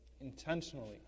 intentionally